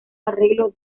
arreglo